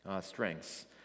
strengths